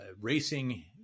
racing